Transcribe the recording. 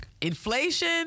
Inflation